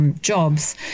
jobs